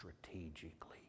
Strategically